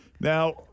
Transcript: Now